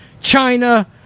China